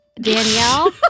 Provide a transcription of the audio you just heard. Danielle